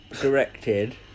directed